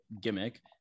gimmick